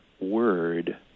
word